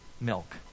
milk